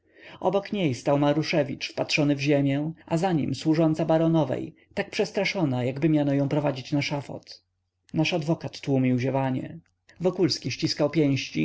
obok niej stał maruszewicz wpatrzony w ziemię a za nim służąca baronowej tak przestraszona jakby miano ją prowadzić na szafot nasz adwokat tłumił ziewanie wokulski ściskał pięści